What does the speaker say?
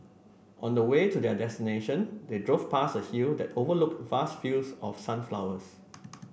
on the way to their destination they drove past a hill that overlooked vast fields of sunflowers